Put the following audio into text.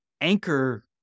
anchor